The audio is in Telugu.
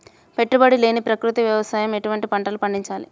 పెట్టుబడి లేని ప్రకృతి వ్యవసాయంలో ఎటువంటి పంటలు పండించాలి?